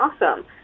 Awesome